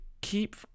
keep